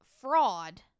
fraud